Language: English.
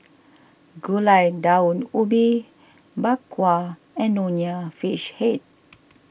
Gulai Daun Ubi Bak Kwa and Nonya Fish Head